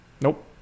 Nope